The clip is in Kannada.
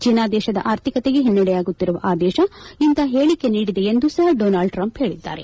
ಚೀನಾ ದೇಶದ ಆರ್ಥಿಕತೆಗೆ ಹಿನ್ನೆಡೆಯಾಗುತ್ತಿರುವ ಆ ದೇಶ ಇಂತಪ ಹೇಳಿಕೆ ನೀಡಿದೆ ಎಂದು ಸಹ ಡೊನಾಲ್ಡ್ ಟ್ರಂಪ್ ಹೇಳಿದ್ದಾರೆ